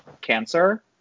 cancer